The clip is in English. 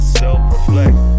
self-reflect